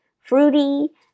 fruity